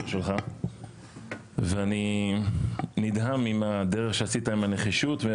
שלך ואני נדהם מהדרך אותה עשית והנחישות.